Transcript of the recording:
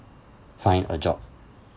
find a job